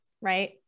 right